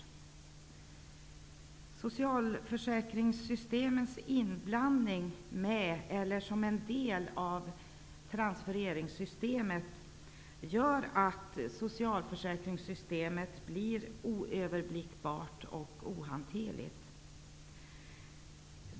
Det faktum att socialförsäkringssystemet är en del av transfereringssystemet gör att socialförsäkringssystemet blir oöverblickbart och ohanterligt.